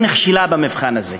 היא נכשלה במבחן הזה.